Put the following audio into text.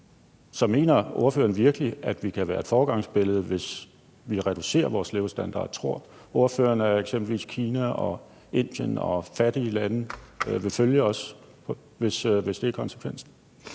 Så mener ordføreren virkelig, at vi kan være et foregangsbillede, hvis vi reducerer vores levestandard? Tror ordføreren, at eksempelvis Kina, Indien og fattige lande vil følge os, hvis det er konsekvensen?